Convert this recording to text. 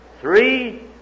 Three